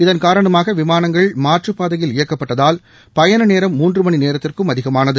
இதன் காரணமாகவிமானங்கள் மாற்றுப்பதையில் இயக்கப்பட்டதால் பயணநேரம் மூன்றுமணிநேரத்திற்கும் அதிகமானது